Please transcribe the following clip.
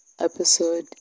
episode